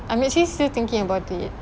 I'm actually still thinking about it